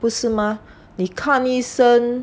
不是吗你看医生